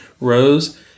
rows